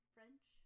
French